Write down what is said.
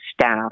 staff